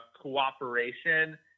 cooperation